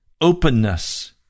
openness